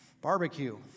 barbecue